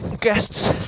guests